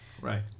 Right